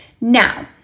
Now